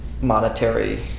monetary